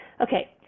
Okay